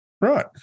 right